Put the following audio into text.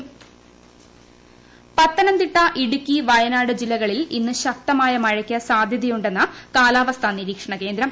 മഴ പത്തനംതിട്ട ഇടുക്കി വയനാട് ജില്ലകളിൽ ഇന്ന് ശക്തമായ മഴയ്ക്ക് സാധ്യതയുണ്ടെന്ന് കാലാവസ്ഥാ നിരീക്ഷണകേന്ദ്രം